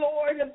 Lord